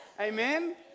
Amen